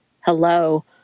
Hello